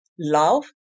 love